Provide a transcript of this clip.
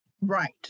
Right